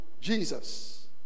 Jesus